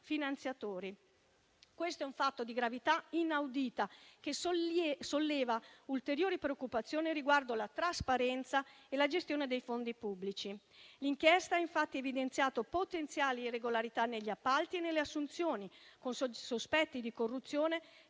finanziatori. Questo è un fatto di gravità inaudita, che solleva ulteriori preoccupazioni riguardo la trasparenza e la gestione dei fondi pubblici. L'inchiesta ha infatti evidenziato potenziali irregolarità negli appalti e nelle assunzioni, con sospetti di corruzione